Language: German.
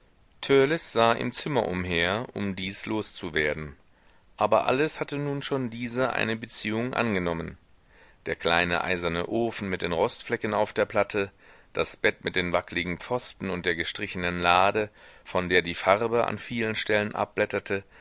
sah im zimmer umher um dies loszuwerden aber alles hatte nun schon diese eine beziehung angenommen der kleine eiserne ofen mit den rostflecken auf der platte das bett mit den wackligen pfosten und der gestrichenen lade von der die farbe an vielen stellen abblätterte